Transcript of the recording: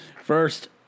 First